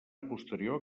posterior